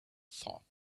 thought